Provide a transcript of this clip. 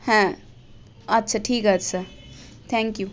হ্যাঁ আচ্ছা ঠিক আছে থ্যাঙ্ক ইউ